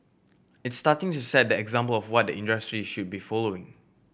it's starting to set the example of what the industry should be following